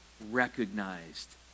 recognized